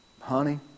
honey